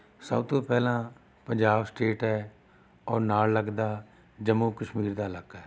ਸਭ ਤੋਂ ਪਹਿਲਾਂ ਪੰਜਾਬ ਸਟੇਟ ਹੈ ਔਰ ਨਾਲ ਲੱਗਦਾ ਜੰਮੂ ਕਸ਼ਮੀਰ ਦਾ ਇਲਾਕਾ ਹੈ